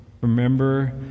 remember